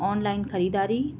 online ख़रीदारी